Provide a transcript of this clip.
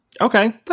okay